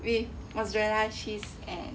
with mozzarella cheese and